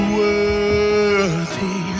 worthy